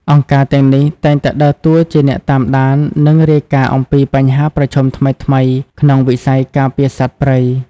អង្គការទាំងនេះតែងតែដើរតួជាអ្នកតាមដាន និងរាយការណ៍អំពីបញ្ហាប្រឈមថ្មីៗក្នុងវិស័យការពារសត្វព្រៃ។